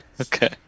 Okay